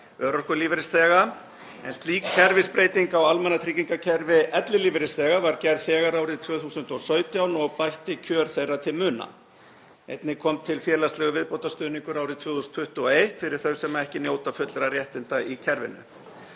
örorkulífeyrisþega, en slík kerfisbreyting á almannatryggingakerfi ellilífeyrisþega var gerð þegar árið 2017 og bætti kjör þeirra til muna. Einnig kom til félagslegur viðbótarstuðningur árið 2021 fyrir þau sem ekki njóta fullra réttinda í kerfinu.